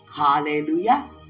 Hallelujah